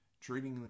treating